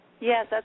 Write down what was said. Yes